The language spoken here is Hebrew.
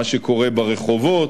למה שקורה ברחובות,